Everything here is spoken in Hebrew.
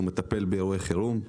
מטפל באירועי חירום,